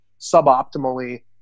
suboptimally